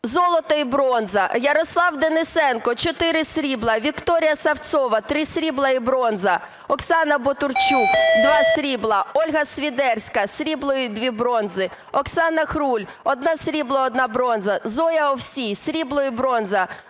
золото і бронза. Ярослав Денисенко: 4 срібла. Вікторія Савцова: 3 срібла і бронза. Оксана Ботурчук, 2 – срібла. Ольга Свідерська: срібло і 2 бронзи. Оксана Хруль: 1 срібло, 1 бронза. Зоя Овсій: срібло і бронза.